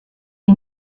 est